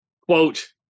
quote